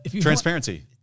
Transparency